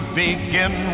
begin